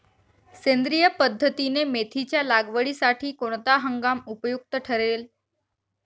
सेंद्रिय पद्धतीने मेथीच्या लागवडीसाठी कोणता हंगाम उपयुक्त ठरेल?